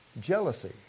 Jealousy